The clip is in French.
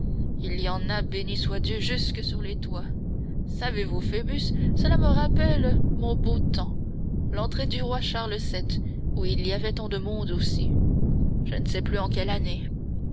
il y en a béni soit dieu jusque sur les toits savez-vous phoebus cela me rappelle mon beau temps l'entrée du roi charles vii où il y avait tant de monde aussi je ne sais plus en quelle année